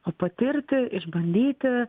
o patirti išbandyti